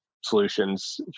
solutions